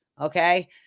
Okay